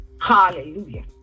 Hallelujah